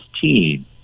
team